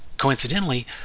Coincidentally